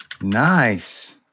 Nice